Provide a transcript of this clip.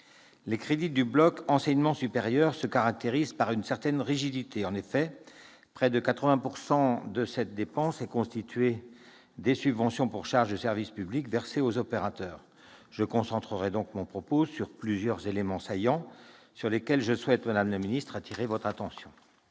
Les crédits du bloc « enseignement supérieur » se caractérisent par une certaine rigidité. En effet, près de 80 % de cette dépense sont constitués des subventions versées aux opérateurs pour charges de service public. Je centrerai donc mon propos sur plusieurs éléments saillants, sur lesquels je souhaite, madame la ministre, appeler votre attention.